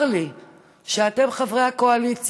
צר לי שאתם, חברי הקואליציה,